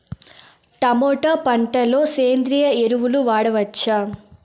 Tomato పంట లో సేంద్రియ ఎరువులు వాడవచ్చా?